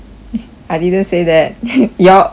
I didn't say that you all assume